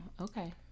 Okay